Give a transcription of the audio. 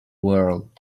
world